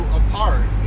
apart